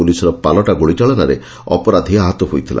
ପୁଲିସ୍ର ପାଲଟା ଗୁଳିଚାଳନାରେ ଅପରାଧୀ ଆହତ ହୋଇଥିଲା